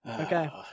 Okay